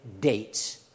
dates